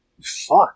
Fuck